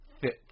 fit